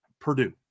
Purdue